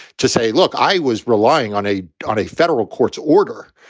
to say, look, i was relying on a on a federal court's order.